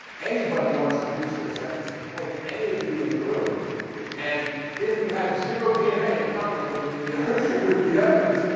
anybody who wants to reduce their sentence could point to any of you in the room and if you had zero dna in common with the with the evidence,